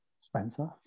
Spencer